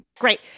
Great